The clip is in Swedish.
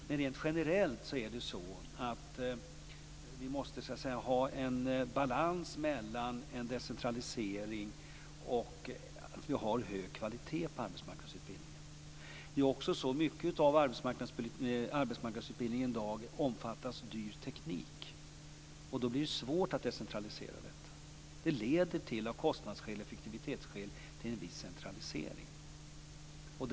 Men rent generellt måste vi ha en balans mellan en decentralisering och en hög kvalitet på arbetsmarknadsutbildningen. Mycket av arbetsmarknadsutbildningen i dag omfattar dyr teknik. Då blir det svårt att decentralisera utbildningen. Det leder av kostnads och effektivitetsskäl till en viss centralisering.